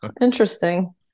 Interesting